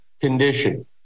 condition